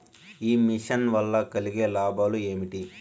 ఈ మిషన్ వల్ల కలిగే లాభాలు ఏమిటి?